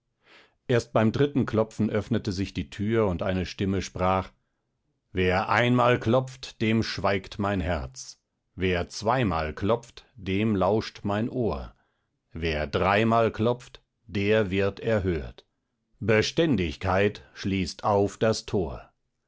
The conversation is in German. erst beim dritten klopfen öffnete sich die tür und eine stimme sprach wer einmal klopft dem schweigt mein herz wer zweimal klopft dem lauscht mein ohr wer dreimal klopft der wird erhört beständigkeit schließt auf das tor